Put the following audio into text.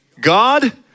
God